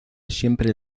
siempre